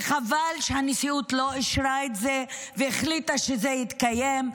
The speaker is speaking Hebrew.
וחבל שהנשיאות לא אישרה את זה והחליטה שזה יתקיים,